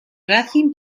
racing